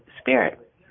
spirit